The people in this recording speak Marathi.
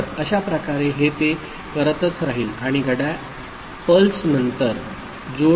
तर अशाप्रकारे हे ते करतच राहिल आणि 8 घड्याळ पल्सनंतर जोड पूर्ण होईल